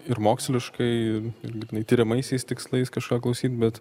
ir moksliškai ir net tiriamaisiais tikslais kažko klausyt bet